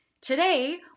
Today